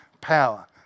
power